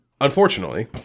unfortunately